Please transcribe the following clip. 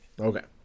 Okay